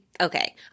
Okay